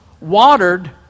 watered